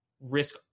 Risk